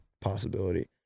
possibility